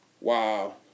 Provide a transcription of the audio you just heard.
Wow